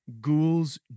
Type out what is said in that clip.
Ghouls